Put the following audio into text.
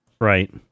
Right